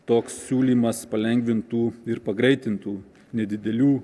toks siūlymas palengvintų ir pagreitintų nedidelių